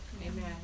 Amen